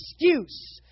excuse